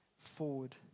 forward